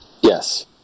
Yes